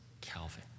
Calvin